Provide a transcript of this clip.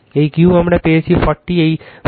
এই Q আমরা পেয়েছি 40 এই 40